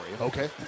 Okay